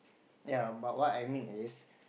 ya but what I mean is